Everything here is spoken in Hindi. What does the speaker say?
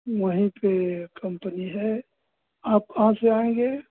वही के कंपनी है आप आज से आएंगे